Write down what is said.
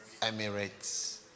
Emirates